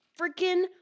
freaking